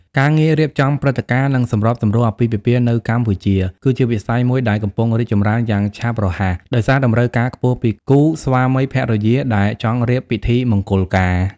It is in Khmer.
ការងាររៀបចំព្រឹត្តិការណ៍ និងសម្របសម្រួលអាពាហ៍ពិពាហ៍នៅកម្ពុជា គឺជាវិស័យមួយដែលកំពុងរីកចម្រើនយ៉ាងឆាប់រហ័ស ដោយសារតម្រូវការខ្ពស់ពីគូស្វាមីភរិយាដែលចង់រៀបពិធីមង្គលការ។